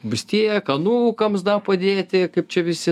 vis tiek anūkams da padėti kaip čia visi